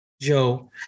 Joe